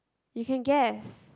you can guess